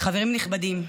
חברים נכבדים,